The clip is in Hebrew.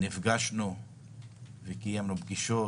קיימנו פגישות